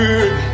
Good